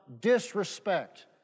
disrespect